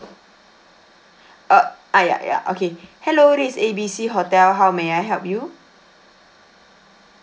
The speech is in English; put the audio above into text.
uh ah ya ya okay hello this is A B C hotel how may I help you